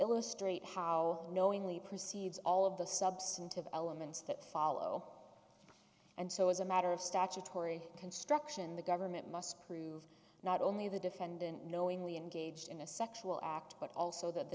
illustrate how knowingly proceeds all of the substantive elements that follow and so is a matter of statutory construction the government must prove not only the defendant knowingly engaged in a sexual act but also that the